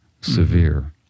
severe